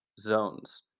zones